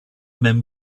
men